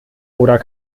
oder